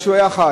כי הוא היה חי.